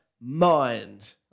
mind